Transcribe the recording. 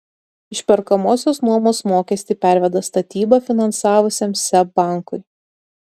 išperkamosios nuomos mokestį perveda statybą finansavusiam seb bankui